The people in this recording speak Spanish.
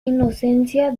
inocencia